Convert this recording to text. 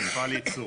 מפעל ייצור.